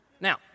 Now